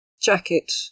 jacket